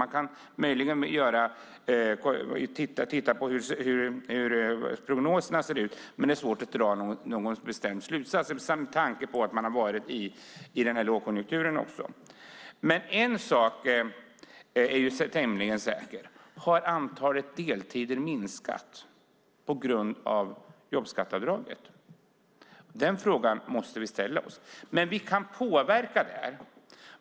Man kan möjligen titta på hur prognoserna ser ut, men det är svårt att dra någon bestämd slutsats med tanke på att vi också har varit i en lågkonjunktur. En fråga kan vi dock tämligen säkert få svar på: Har antalet deltider minskat på grund av jobbskatteavdraget? Den frågan måste vi ställa oss. Där kan vi påverka.